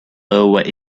lower